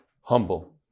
humble